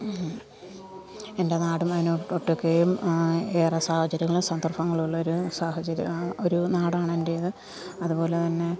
എൻ്റെ നാടും അതിനൊട്ടുക്കേയും ഏറെ സാഹചര്യങ്ങളും സന്ദർഭങ്ങളും ഉള്ളൊരു സാഹചര്യ ഒരു നാടാണ് എൻറേത് അതുപോലെ തന്നെ